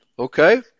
Okay